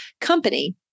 company